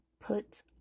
Put